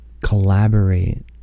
Collaborate